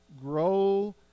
grow